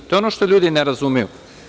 To je ono što ljudi ne razumeju.